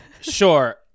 Sure